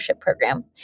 Program